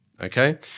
Okay